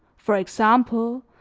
for example,